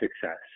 success